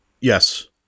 Yes